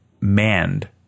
manned